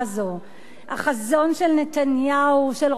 החזון של נתניהו, של ראש הממשלה,